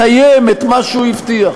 לקיים את מה שהוא הבטיח,